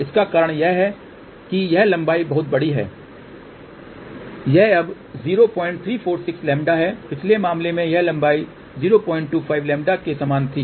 इसका कारण यह है कि यह लंबाई बहुत बड़ी है यह अब 0346λ है पिछले मामले में यह लंबाई 025λ के समान थी